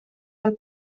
del